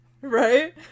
Right